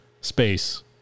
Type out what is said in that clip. space